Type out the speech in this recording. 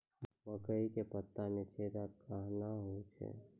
मकई के पत्ता मे छेदा कहना हु छ?